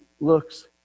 looks